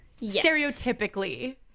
Stereotypically